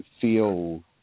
feel